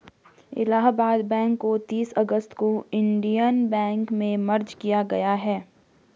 Allahabad bank को तीस अगस्त को इन्डियन बैंक में मर्ज किया गया है